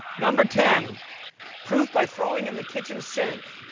number ten proof by throwing in the kitchen sink.